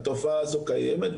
התופעה הזו קיימת,